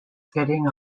fitting